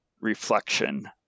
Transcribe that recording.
reflection